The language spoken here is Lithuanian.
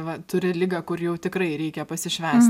va turi ligą kur jau tikrai reikia pasišvęs